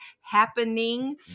happening